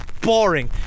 boring